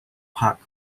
park